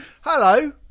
Hello